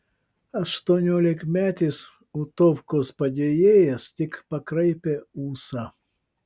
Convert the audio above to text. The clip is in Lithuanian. aštuoniolikmetis utovkos padėjėjas tik pakraipė ūsą